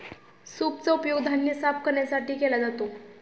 सूपचा उपयोग धान्य साफ करण्यासाठी केला जातो